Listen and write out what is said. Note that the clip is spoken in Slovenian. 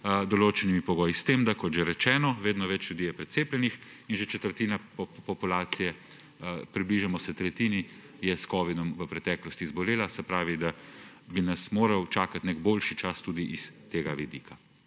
določenimi pogoji. S tem da, kot že rečeno, vedno več ljudi je precepljenih in že četrtina populacije, približujemo se tretjini, je s covidom v preteklosti zbolela; se pravi, da bi nas moral čakati nek boljši čas tudi s tega vidika.